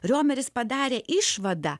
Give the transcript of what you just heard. riomeris padarė išvadą